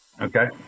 Okay